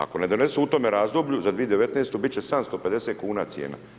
Ako ne donesu u tome razdoblju za 2019. biti će 750 kuna cijena.